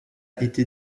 été